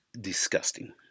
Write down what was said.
disgusting